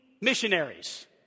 missionaries